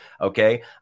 Okay